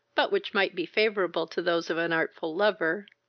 but which might be favourable to those of an artful lover,